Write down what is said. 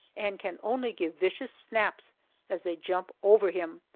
and can only give vicious snaps as they jump over him.